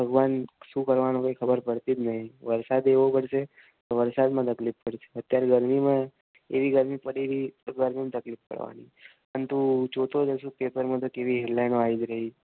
ભગવાન શું કરવાનો કંઈ ખબર પડતી જ નથી વરસાદે એવો પડશે વરસાદમાં તકલીફ પડશે અત્યારે ગરમીમાં એવી ગરમી પડી રહી તો ગરમીમાં તકલીફ પડવાની અને તું જોતો જ હોઇશ પેપરમાં તો કેવી હેડલાઇનો આવી જ રહી